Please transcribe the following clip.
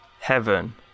Heaven